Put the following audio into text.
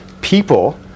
people